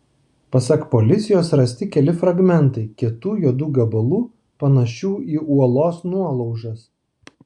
pasak policijos rasti keli fragmentai kietų juodų gabalų panašių į uolos nuolaužas